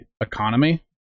economy